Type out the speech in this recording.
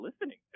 listening